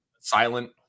silent